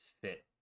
fit